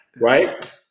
right